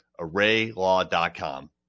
ArrayLaw.com